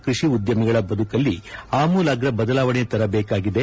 ಕೃಷಿ ಉದ್ದಮಿಗಳಲ್ಲಿ ಬದುಕಲ್ಲಿ ಅಮೂಲಾಗ್ರ ಬದಲಾವಣೆ ತರಬೇಕಾಗಿದೆ